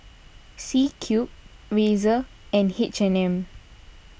C Cube Razer and H and M